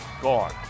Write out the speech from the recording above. Gone